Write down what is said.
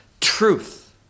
truth